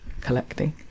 collecting